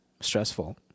stressful